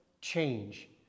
change